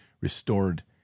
restored